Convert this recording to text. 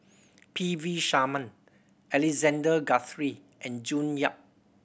P V Sharma Alexander Guthrie and June Yap